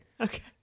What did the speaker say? Okay